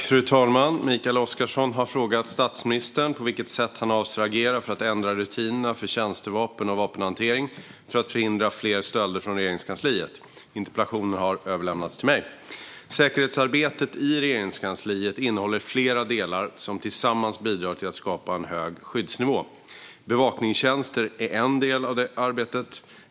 Fru talman! Mikael Oscarsson har frågat statsministern på vilket sätt han avser att agera för att ändra rutinerna för tjänstevapen och vapenhantering för att förhindra fler stölder från Regeringskansliet. Interpellationen har överlämnats till mig. Säkerhetsarbetet i Regeringskansliet innehåller flera delar som tillsammans bidrar till att skapa en hög skyddsnivå. Bevakningstjänster är en del av det arbetet.